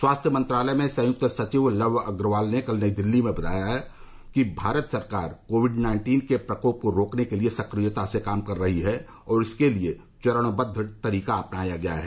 स्वास्थ्य मंत्रालय में संयुक्त सचिव लव अग्रवाल ने कल दिल्ली में बताया कि भारत सरकार कोविड नाइन्टीन के प्रकोप को रोकने के लिए सक्रियता से काम कर रही है और इसके लिए चरणबद्व तरीका अपनाया गया है